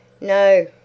No